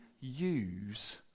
use